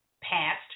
past